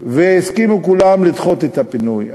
וכולם הסכימו לדחות את הפינוי.